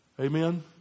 Amen